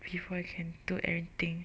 before we can do everything